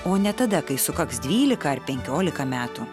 o ne tada kai sukaks dvylika ar penkiolika metų